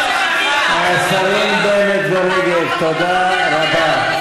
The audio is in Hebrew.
ורגב, תודה רבה.